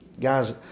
Guys